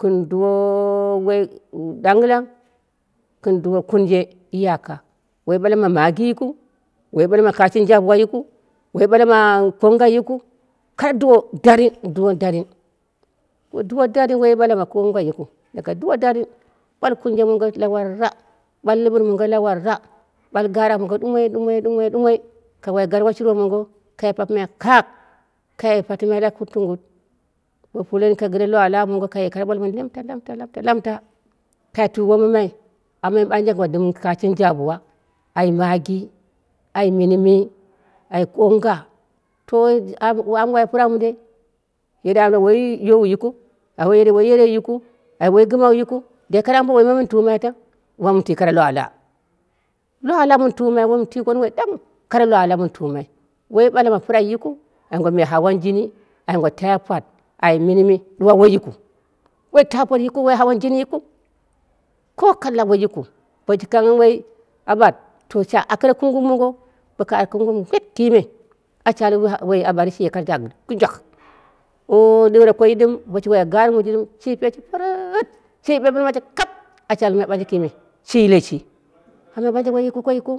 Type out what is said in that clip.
Gɨn duwo woi ɗagilang gɨn duwo kurje iyaka, woi mɓala ma magi yikɨu, woi ɓala ma kashi jabuwa yikɨu, woi ɓala ma konga yikɨu, kare duwo dari duwo darin, duwa ɓala ma konga daga duwo darin ɓwal kare kurje mongo lawarka ɓwale lɨbɨl lawarra bwal garak mongo ɗunoi ɗumoi ɗumoi ɗumoi ka wai garwa shurwa monga kai papɨmai kaak kai patimai tungut mongo ba puleni kai gɨre kai gire lwa lwa monga kai koro ɓwalmai lamta lamta lamta ka twi womamai amma mɨ ɓanje ai ngwa dɨm kashin jabuwa, ai magi ai mini mi, ai konga, to am wai pɨrau mɨndei yerei ana woi yowu yikɨu ana yerei woi yerei yikɨu, ai woi gɨmawu yikɨu ge kare wunduwoiji me mɨn tumai tang, ɗuwa mɨn twi kare lwa lwa lwa lwa mɨn tumai woi mɨn twi wundu woi ɗangwu kare lwa lwa mɨn tumai woi ɓala ma pira yikitu ai me hawan jini, aingwa taipot ai minimi ɗuwa woi yikɨu woi taiot yikɨu wou hawan jini yikɨu, ko kaka woi yikɨu. Boshi kang woi awat to sha akre kungnum mongo boko akre ngwit kime ashi al woi aɓatri shi kore tama gɨjak ou lorakoi ɗim doshi al gari monji shi peji kɨri- hɨt shi ɓelɨmaji kap ashi almai ɓanje kime shi yile shi, amma b'anje woi gokoi yikɨu